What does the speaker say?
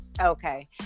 okay